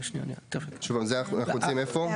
זה אנחנו רוצים איפה?